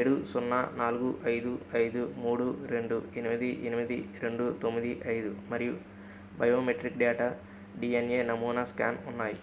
ఏడు సున్నా నాలుగు ఐదు ఐదు మూడు రెండు ఎనిమిది ఎనిమిది మూడు రెండు తొమ్మిది ఐదు మరియు మరియు బయోమెట్రిక్ డేటా డీఎన్ఏ నమూనా స్కాన్ ఉన్నాయి